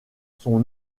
son